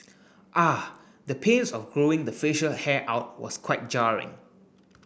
ah the pains of growing the facial hair out was quite jarring